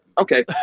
Okay